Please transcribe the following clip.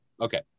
okay